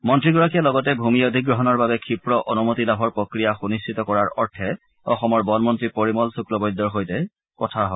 মন্ত্ৰীগৰাকীয়ে লগতে ভূমি অধিগ্ৰহণৰ বাবে ক্ষীপ্ৰ অনুমতি লাভৰ প্ৰক্ৰিয়া সুনিশ্চিত কৰাৰ অৰ্থে অসমৰ বনমন্ত্ৰী পৰিমল শুল্কবৈদ্যৰ সৈতে কথা হয়